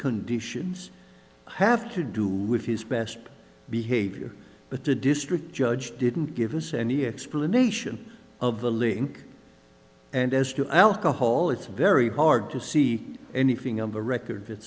conditions have to do with his past behavior but the district judge didn't give us any explanation of the link and as to alcoholism very hard to see anything on the record